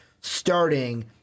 starting